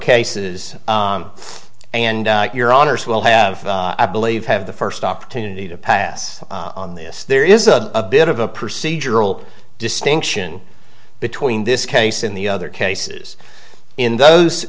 cases and your honors will have i believe have the first opportunity to pass on this there is a bit of a procedural distinction between this case in the other cases in those